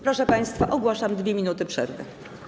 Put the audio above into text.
Proszę państwa, ogłaszam 2-minutową przerwę.